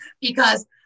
because-